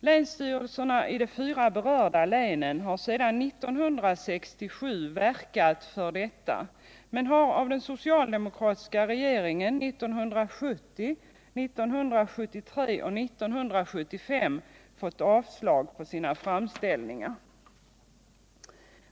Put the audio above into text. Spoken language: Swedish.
Länsstyrelserna i de fyra berörda länen har sedan 1967 verkat för detta, men har av den socialdemokratiska regeringen åren 1970, 1973 och 1975 fått avslag på sina framställningar.